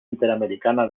interamericana